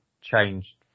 changed